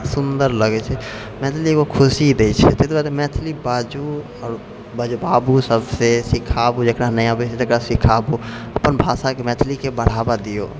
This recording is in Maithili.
सुन्दर लगैत छै मैथिली एगो खुशी दै छै ताहि दुआरे मैथिली बाजु आओर बजबाबू सबसे सिखाबु जकरा नहि आबैत छै तकरा सिखाबु अपन भाषाके मैथिलीके बढ़ावा दिऔ